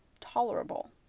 tolerable